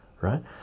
right